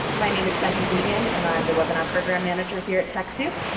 my name is becky wiegand and i'm the webinar program manager here at techsoup.